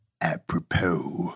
apropos